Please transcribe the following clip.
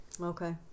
Okay